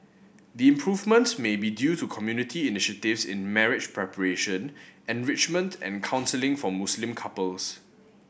the improvement may be due to community initiatives in marriage preparation enrichment and counselling for Muslim couples